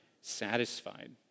satisfied